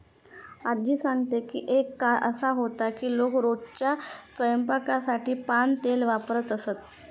आज्जी सांगते की एक काळ असा होता की लोक रोजच्या स्वयंपाकासाठी पाम तेल वापरत असत